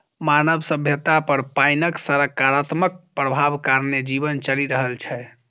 मानव सभ्यता पर पाइनक सकारात्मक प्रभाव कारणेँ जीवन चलि रहल छै